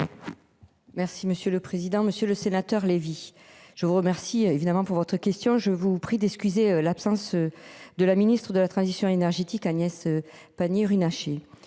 Merci monsieur le président, Monsieur le Sénateur Lévy je vous remercie évidemment pour votre question je vous prie d'excuser l'absence. De la ministre de la transition énergétique Agnès Pannier-Runacher.